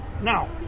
now